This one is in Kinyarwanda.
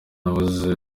nakoze